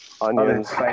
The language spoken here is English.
onions